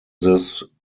this